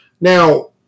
Now